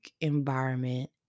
environment